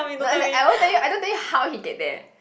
no as in I won't tell I don't tell you how he get there